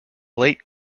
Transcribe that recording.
late